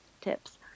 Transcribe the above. tips